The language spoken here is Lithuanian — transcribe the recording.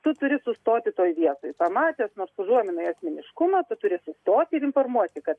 tu turi sustoti toj vietoj pamatęs nors užuominą į asmeniškumą tu turi sustoti ir informuoti kad